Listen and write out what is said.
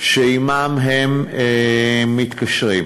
שעמם הם מתקשרים.